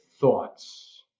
thoughts